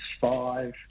five